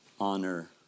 honor